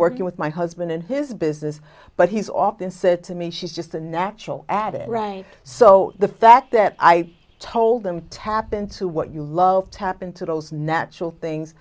working with my husband and his business but he's often said to me she's just a natural at it right so the fact that i told them to happen to what you love tap into those natural things